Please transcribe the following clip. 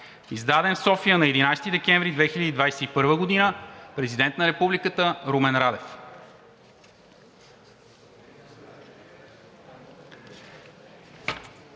Издаден в София на 11 декември 2021 г. Президент на Републиката – Румен Радев.“